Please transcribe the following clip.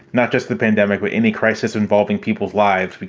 not just the pandemic or any crisis involving people's lives.